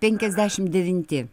penkiasdešimt devinti